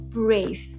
brave